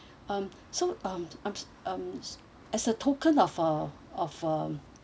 um so um um um as a token of uh of uh